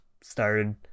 started